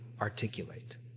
articulate